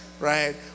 Right